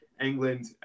England